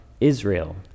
Israel